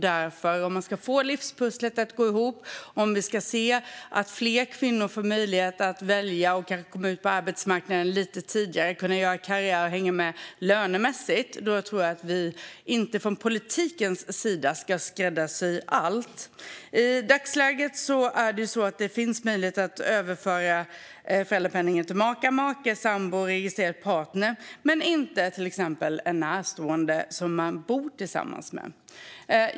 Därför, om man ska få livspusslet att gå ihop och om fler kvinnor ska få möjlighet att välja och kanske komma ut på arbetsmarknaden lite tidigare, göra karriär och hänga med lönemässigt, tror jag inte att vi från politiken ska skräddarsy allt. I dagsläget finns det möjlighet att överföra föräldrapenningen till maka, make, sambo och registrerad partner men inte till exempelvis en närstående som man bor tillsammans med.